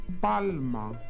Palma